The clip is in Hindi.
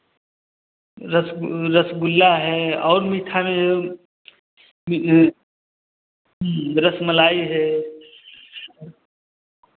रसगु रसगुल्ला है और मीठा में रसमलाई है